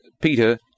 peter